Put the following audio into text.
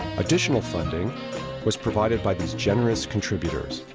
additional funding was provided by these generous contributors